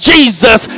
Jesus